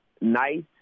nice